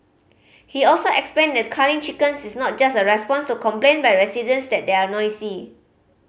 he also explained that culling chickens is not just a response to complaint by residents that they are noisy